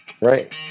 right